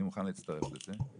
אני מוכן להצטרף לזה,